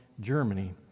Germany